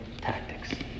tactics